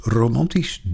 romantisch